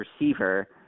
receiver